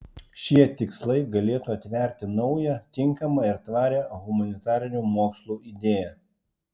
šie tikslai galėtų atverti naują tinkamą ir tvarią humanitarinių mokslų idėją